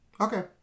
Okay